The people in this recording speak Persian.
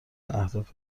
اهداف